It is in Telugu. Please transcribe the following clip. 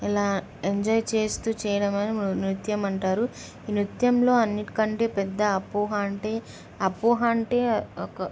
ఇలా ఎంజాయ్ చేస్తూ చేయడమే నృత్యం అంటారు ఈ నృత్యంలో అన్నిటికంటే పెద్ద అపోహ అంటే అపోహ అంటే ఒక